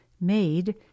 made